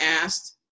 asked